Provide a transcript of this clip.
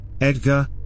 Edgar